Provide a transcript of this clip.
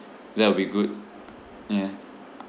that will be good yeah